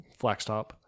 Flaxtop